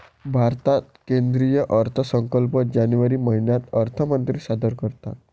भारतात केंद्रीय अर्थसंकल्प जानेवारी महिन्यात अर्थमंत्री सादर करतात